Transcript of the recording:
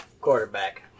quarterback